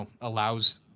allows